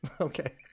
okay